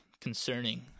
concerning